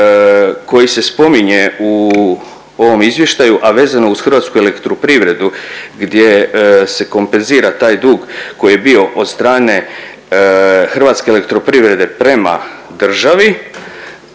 koji se spominje u ovom izvještaju, a vezano uz HEP gdje se kompenzira taj dug koji je bio od strane HEP-a prema državi,